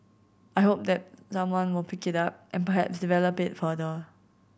I hope that someone will pick it up and perhaps develop it further